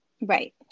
Right